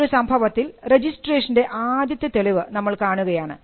ഈ ഒരു സംഭവത്തിൽ രജിസ്ട്രേഷൻറെ ആദ്യത്തെ തെളിവ് നമ്മൾ കാണുകയാണ്